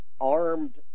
armed